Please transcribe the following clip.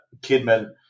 Kidman